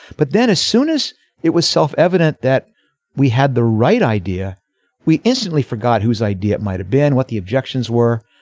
but then as soon as it was self-evident that we had the right idea we instantly forgot whose idea it might have been what the objections were.